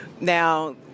Now